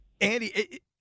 Andy